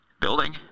building